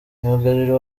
myugariro